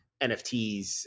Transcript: NFTs